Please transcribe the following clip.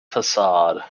facade